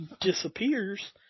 disappears